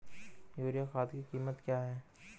Urea खाद की कीमत क्या है?